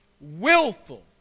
willful